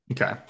Okay